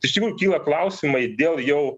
tai iš tikrųjų kyla klausimai dėl jau